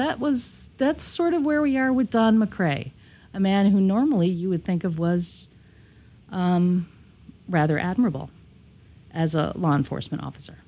that was that's sort of where we are with john mccrea a man who normally you would think of was rather admirable as a law enforcement officer